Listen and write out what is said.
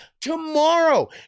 Tomorrow